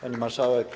Pani Marszałek!